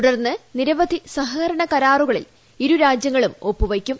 തുടർന്ന് നിർവധി സഹകരണ കരാറുകളിൽ ഇരു രാജ്യങ്ങളും ഒപ്പുവയ്ക്കും